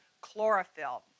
Chlorophyll